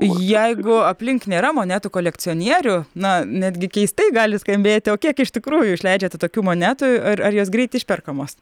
jeigu aplink nėra monetų kolekcionierių na netgi keistai gali skambėti o kiek iš tikrųjų išleidžiate tokių monetų ir ar jos greit išperkamos